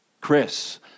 Chris